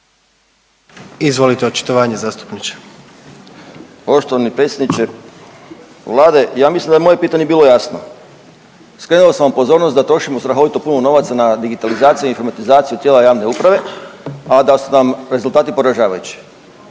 Željko (Socijaldemokrati)** Poštovani predsjedniče Vlade, ja mislim da je moje pitanje bilo jasno. Skrenuo sam vam pozornost da trošimo strahovito puno novaca na digitalizaciju i informatizaciju tijela javne uprave, a da su nam rezultati poražavajući.